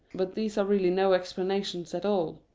but these are really no explanations at all.